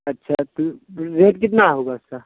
اچھا تو ریٹ کتنا ہوگا اس کا